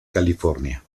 california